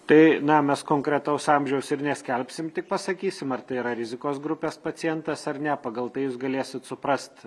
tai na mes konkretaus amžiaus ir neskelbsim tik pasakysim ar tai yra rizikos grupės pacientas ar ne pagal tai jūs galėsit suprast